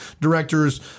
directors